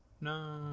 No